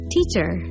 Teacher